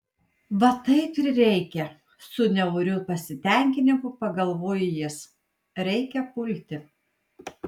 va taip ir reikia su niauriu pasitenkinimu pagalvojo jis reikia pulti